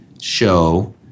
show